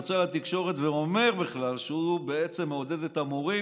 יוצא לתקשורת ואומר שהוא בעצם מעודד את המורים